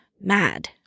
mad